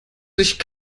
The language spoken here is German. sich